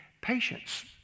patience